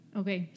okay